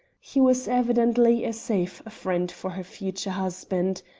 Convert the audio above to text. he was eminently a safe friend for her future husband.